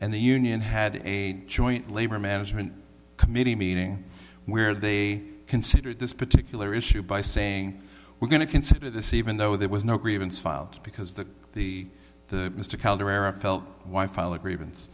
and the union had a joint labor management committee meeting where they considered this particular issue by saying we're going to consider this even though there was no grievance filed because the the the mr felt why file a grievance